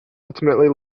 ultimately